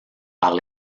par